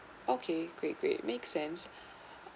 okay great great make sense